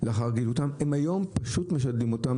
הן היום פשוט משדלים אותן,